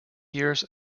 years